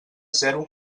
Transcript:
zero